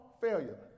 failure